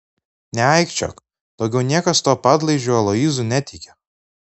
neaikčiok daugiau niekas tuo padlaižiu aloyzu netiki